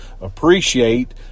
appreciate